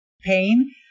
pain